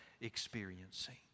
experiencing